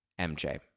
MJ